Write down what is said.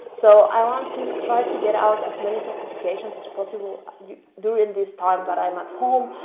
so i want to try to get out as many certifications as possible during this time that i'm at home.